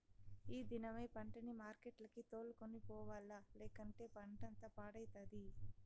ఈ దినమే పంటని మార్కెట్లకి తోలుకొని పోవాల్ల, లేకంటే పంటంతా పాడైతది